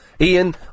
Ian